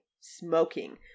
smoking